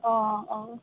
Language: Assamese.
অঁ অঁ